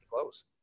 close